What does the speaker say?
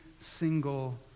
single